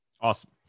Awesome